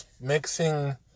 mixing